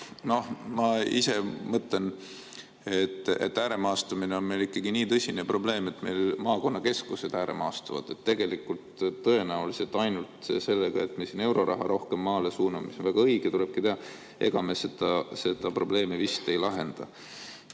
samas ma ise mõtlen, et ääremaastumine on meil ikkagi nii tõsine probleem, et meil maakonnakeskused ääremaastuvad. Tegelikult tõenäoliselt ainult sellega, et me siin euroraha rohkem maale suuname – see on väga õige, nii tulebki teha –, me seda probleemi vist ei lahenda.